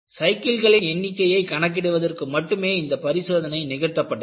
சைக்கிள்களின் எண்ணிக்கையை கணக்கிடுவதற்கு மட்டுமே இந்த பரிசோதனை நிகழ்த்தப்பட்டது